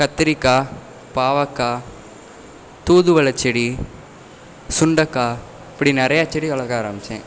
கத்திரிக்காய் பாவக்காய் தூதுவளைச்செடி சுண்டக்காய் இப்படி நிறையா செடி வளர்க்க ஆரமிச்சேன்